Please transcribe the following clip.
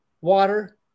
water